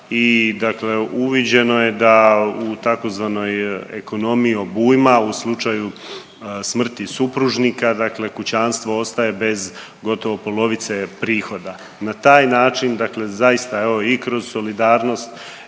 uviđeno je da u tzv. ekonomiji obujma u slučaju smrti supružnica dakle kućanstvo ostaje bez gotovo polovice prihoda. Na taj način dakle zaista evo i kroz solidarnost